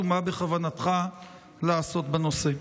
2. מה בכוונתך לעשות בנושא?